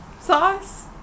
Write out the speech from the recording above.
Sauce